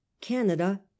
canada